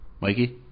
Mikey